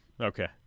Okay